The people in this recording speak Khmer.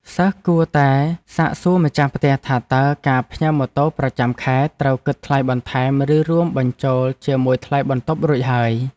សិស្សគួរតែសាកសួរម្ចាស់ផ្ទះថាតើការផ្ញើម៉ូតូប្រចាំខែត្រូវគិតថ្លៃបន្ថែមឬរួមបញ្ចូលជាមួយថ្លៃបន្ទប់រួចហើយ។